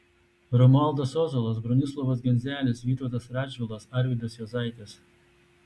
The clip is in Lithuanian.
romualdas ozolas bronislovas genzelis vytautas radžvilas arvydas juozaitis